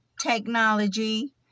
technology